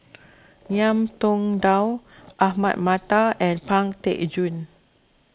Ngiam Tong Dow Ahmad Mattar and Pang Teck Joon